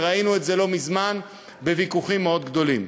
וראינו את זה לא מזמן בוויכוחים מאוד גדולים.